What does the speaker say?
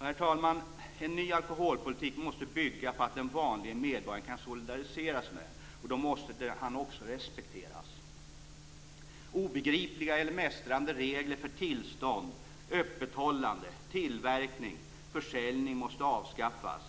Herr talman! En ny alkoholpolitik måste bygga på att den vanlige medborgaren kan solidarisera sig med den, och då måste han också respekteras. Obegripliga eller mästrande regler för tillstånd, öppethållande, tillverkning och försäljning måste avskaffas.